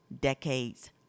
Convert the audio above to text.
decades